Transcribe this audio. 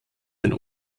den